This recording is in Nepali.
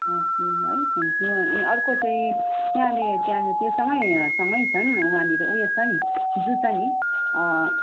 है थ्यान्क यु अनि अर्को चाहिँ त्यहाँले त्यहाँ त्योसँगै सँगै छन् वहाँनिर उयो छ नि जू छ नि